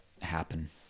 happen